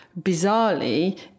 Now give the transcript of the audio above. bizarrely